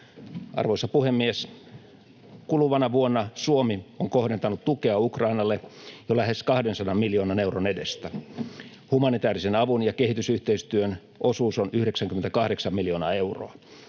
Arvoisa puhemies! Kuluvana vuonna Suomi on kohdentanut tukea Ukrainalle jo lähes 200 miljoonan euron edestä. Humanitäärisen avun ja kehitysyhteistyön osuus on 98 miljoonaa euroa.